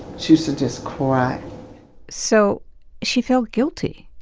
she used to just cry so she felt guilty.